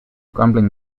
grumbling